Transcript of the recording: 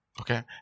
okay